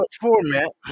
format